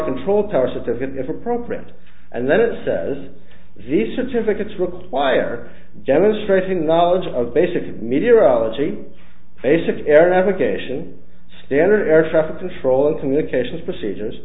control tower certificate if appropriate and then it says these certificates require demonstrating knowledge of basic meteorology basic air navigation standard air traffic control and communications procedures